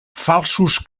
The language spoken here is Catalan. falsos